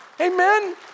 Amen